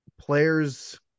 players